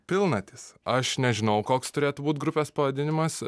pilnatys aš nežinojau koks turėtų būt grupės pavadinimas